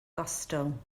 gostwng